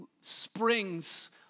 springs